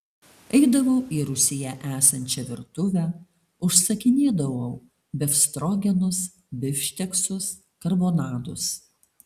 eidavau į rūsyje esančią virtuvę užsakinėdavau befstrogenus bifšteksus karbonadus